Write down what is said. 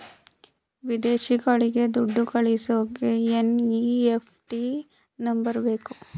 ವಿದೇಶಗಳಿಗೆ ದುಡ್ಡು ಕಳಿಸೋಕೆ ಎನ್.ಇ.ಎಫ್.ಟಿ ನಂಬರ್ ಬೇಕು